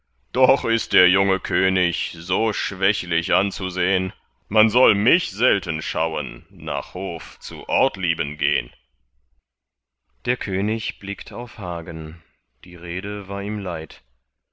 doch ist der junge könig so schwächlich anzusehn man soll mich selten schauen nach hof zu ortlieben gehn der könig blickt auf hagen die rede war ihm leid